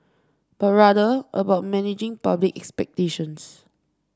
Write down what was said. but rather about managing public expectations